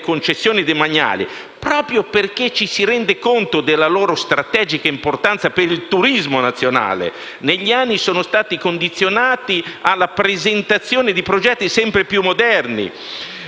proprio perché ci si rende conto della loro strategica importanza per il turismo nazionale, negli anni sono stati condizionati alla presentazione di progetti sempre più moderni,